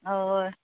हय